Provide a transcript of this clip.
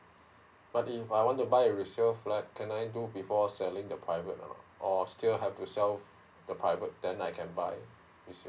but if I want to buy a resale flat can I do before selling the private lah or still have to sell the private then I can buy resale